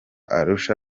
arusha